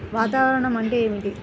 వాతావరణం అంటే ఏమిటి?